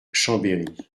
chambéry